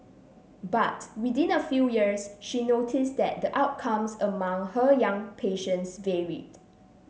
but within a few years she noticed that the outcomes among her young patients varied